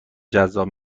جذاب